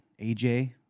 AJ